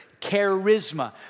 charisma